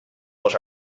but